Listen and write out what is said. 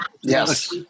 yes